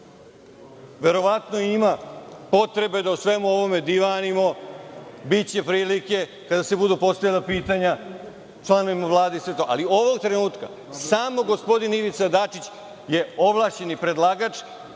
Verovatno ima potrebe da o svemu ovome divanimo, biće prilike kada se budu postavljala pitanja članovima Vlade. Ali ovog trenutka samo gospodin Ivica Dačić je ovlašćeni predlagač